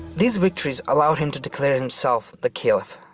these victories allowed him to declare himself the caliph.